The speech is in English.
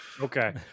Okay